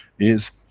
is,